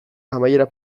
amaieran